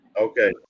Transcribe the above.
Okay